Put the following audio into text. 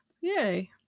Yay